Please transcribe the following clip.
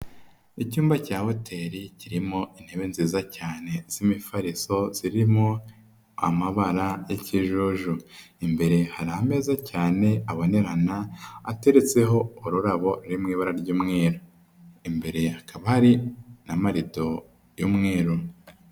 Icyumba cya hoteli kirimo intebe nziza cyane z'imifariso zirimo amabara yaikijuju, imbere hari ameza cyane abonerana ateretseho ururabo ruri mu ibara ry'umweru, imbere hakaba hari n'amarido y'umweru.